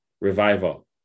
revival